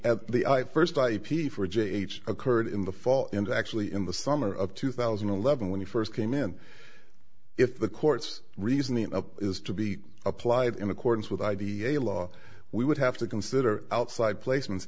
i first a p for j h occurred in the fall and actually in the summer of two thousand and eleven when he first came in if the courts reasoning is to be applied in accordance with id a law we would have to consider outside placements